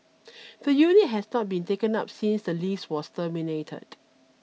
the unit has not been taken up since the lease was terminated